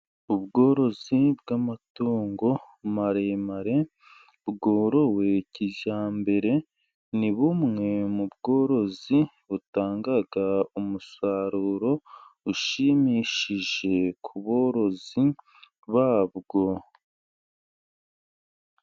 Ubworozi bwamatungo maremare, bworowe kijyambere, ni bumwe mu bworozi butanga umusaruro ushimishije ku borozi babwo.